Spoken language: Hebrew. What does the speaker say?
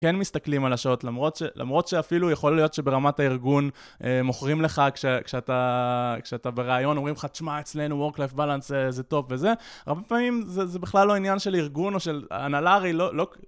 כן מסתכלים על השעות, למרות שאפילו יכול להיות שברמת הארגון מוכרים לך כשאתה ברעיון, אומרים לך, תשמע, אצלנו Work Life Balance זה טוב וזה, הרבה פעמים זה בכלל לא עניין של ארגון או של הנהלה, הרי לא...